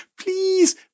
please